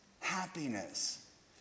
happiness